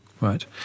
Right